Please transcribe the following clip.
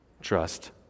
trust